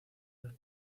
los